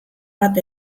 bat